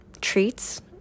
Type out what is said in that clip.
treats